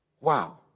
wow